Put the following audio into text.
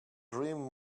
dream